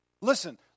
Listen